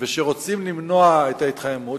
ושרוצים למנוע את ההתחממות,